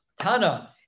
Tana